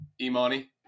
Imani